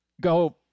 go